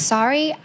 Sorry